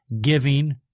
giving